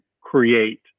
create